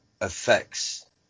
affects